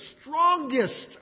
strongest